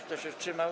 Kto się wstrzymał?